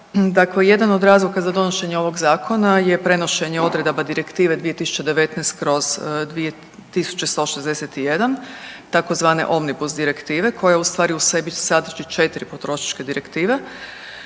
Dakle jedan od razloga za donošenje ovog Zakona je prenošenje odredaba Direktive 2019/2161, tzv. Omnibus direktive koja ustvari u sebi sadrži 4 potrošačke direktive.